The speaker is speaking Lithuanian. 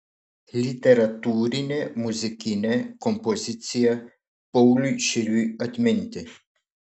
literatūrinė muzikinė kompozicija pauliui širviui atminti